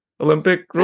Olympic